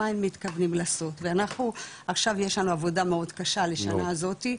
מה הם מתכוונים לעשות ואנחנו עכשיו יש לנו עבודה מאוד קשה לשנה הזאתי,